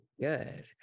good